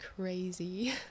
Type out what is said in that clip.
crazy